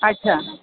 अच्छा